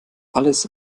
alles